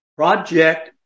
Project